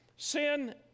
Sin